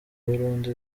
burundu